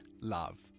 love